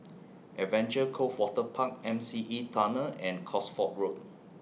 Adventure Cove Waterpark M C E Tunnel and Cosford Road